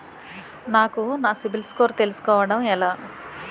నాకు నా CIBIL score తెలుసుకోవడం ఎలా?